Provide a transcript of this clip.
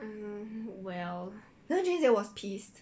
then jun jie was pissed